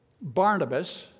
Barnabas